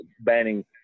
banning